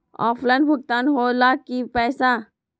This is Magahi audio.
ऑफलाइन भुगतान हो ला कि पईसा?